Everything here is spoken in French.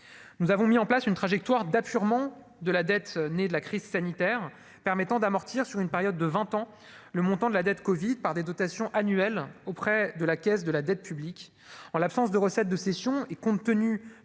nous avons mis en place une trajectoire d'apurement de la dette née de la crise sanitaire permettant d'amortir sur une période de 20 ans, le montant de la dette Covid par des dotations annuelles auprès de la Caisse de la dette publique, en l'absence de recettes de cession et compte tenu